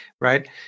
right